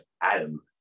adam